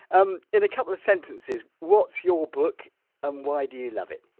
um in a couple of sentences what's your book and why do you love it?